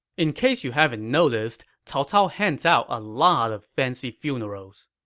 in case you haven't noticed, cao cao hands out a lot of fancy funerals.